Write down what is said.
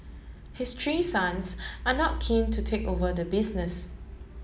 his three sons are not keen to take over the business